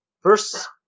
First